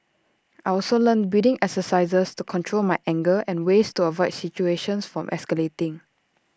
I also learnt breathing exercises to control my anger and ways to avoid situations from escalating